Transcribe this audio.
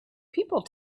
people